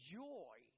joy